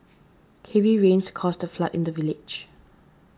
heavy rains caused a flood in the village